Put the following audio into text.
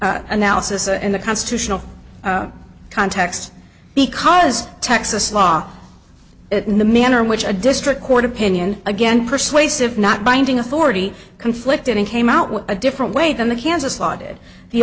analysis and the constitutional context because texas law in the manner in which a district court opinion again persuasive not binding authority conflicted and came out with a different way than the kansas law did the